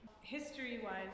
History-wise